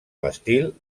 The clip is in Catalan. l’estil